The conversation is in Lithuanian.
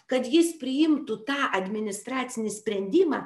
kad jis priimtų tą administracinį sprendimą